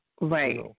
Right